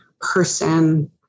person